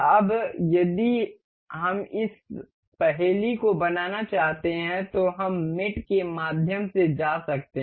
अब यदि हम इस पहेली को बनाना चाहते हैं तो हम मेट के माध्यम से जा सकते हैं